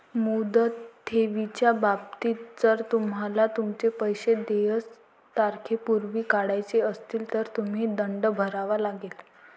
मुदत ठेवीच्या बाबतीत, जर तुम्हाला तुमचे पैसे देय तारखेपूर्वी काढायचे असतील, तर तुम्हाला दंड भरावा लागेल